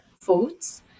foods